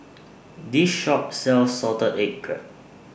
This Shop sells Salted Egg Crab